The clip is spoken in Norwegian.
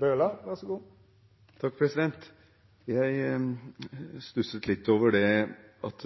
Jeg stusset litt over at